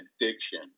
addiction